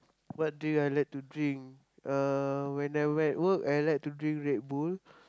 what drink I like to drink uh when I'm at work I like to drink Red-Bull